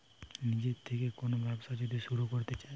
নিজের থেকে কোন ব্যবসা যদি শুরু করতে চাই